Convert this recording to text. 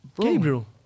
Gabriel